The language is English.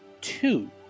two